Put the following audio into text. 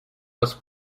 los